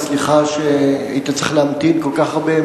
וסליחה שהיית צריך להמתין כל כך הרבה,